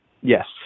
Yes